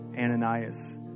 Ananias